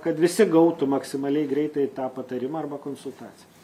kad visi gautų maksimaliai greitai tą patarimą arba konsultacijas